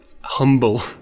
humble